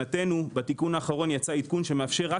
בתיקון האחרון יצא עדכון שמאפשר רק